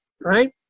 Right